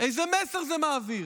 איזה מסר זה מעביר?